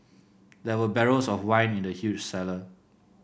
there were barrels of wine in the huge cellar